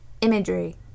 imagery